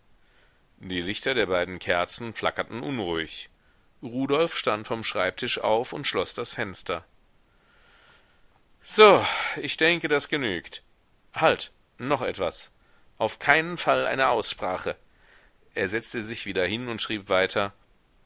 die lichter der beiden kerzen flackerten unruhig rudolf stand vom schreibtisch auf und schloß das fenster so ich denke das genügt halt noch etwas auf keinen fall eine aussprache er setzte sich wieder hin und schrieb weiter